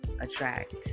attract